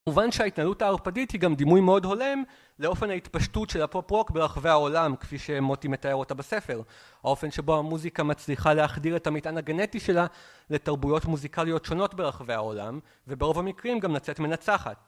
כמובן שההתנהלות הערפדית היא גם דימוי מאוד הולם לאופן ההתפשטות של הפופ-רוק ברחבי העולם, כפי שמוטי מתאר אותה בספר האופן שבו המוזיקה מצליחה להחדיר את המטען הגנטי שלה לתרבויות מוזיקליות שונות ברחבי העולם וברוב המקרים גם לצאת מנצחת